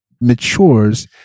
matures